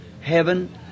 heaven